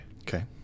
Okay